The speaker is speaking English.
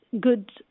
good